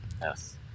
Yes